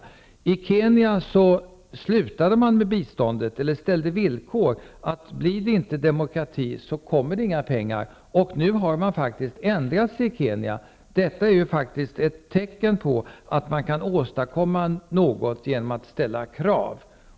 Man ställde villkor på Kenya för biståndet. Om det inte blev demokrati skulle inte några pengar betalas ut. Nu har situationen ändrats i Kenya. Det är ett tecken på att man kan åstadkomma något genom att ställa krav.